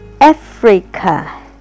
Africa